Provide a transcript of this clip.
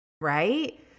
right